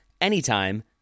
anytime